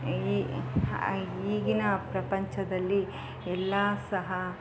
ಈ ಈಗಿನ ಪ್ರಪಂಚದಲ್ಲಿ ಎಲ್ಲ ಸಹ